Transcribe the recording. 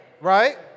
right